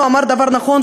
הוא אמר דבר נכון,